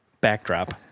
backdrop